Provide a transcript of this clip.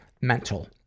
mental